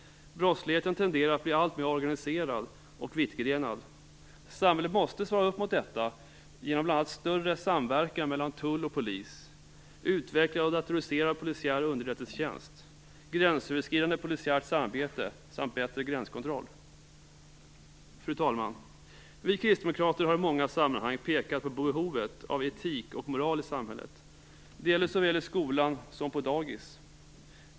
Brottsligheten tenderar att bli alltmer organiserad och vittgrenad. Samhället måste svara upp mot detta genom bl.a. större samverkan mellan tull och polis, utvecklad och datoriserad polisiär underrättelsetjänst, gränsöverskridande polisiärt samarbete samt bättre gränskontroll. Fru talman! Vi kristdemokrater har i många sammanhang pekat på behovet av etik och moral i samhället. Det gäller såväl i skolan som på dagis.